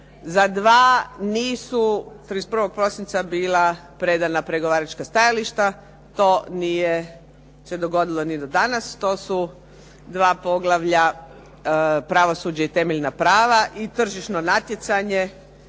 Za dva nisu 31. prosinca bila predana pregovaračka stajališta. To nije se dogodilo ni do danas. To su dva poglavlja Pravosuđe i temeljna prava i Tržišno natjecanje.